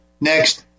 next